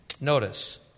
Notice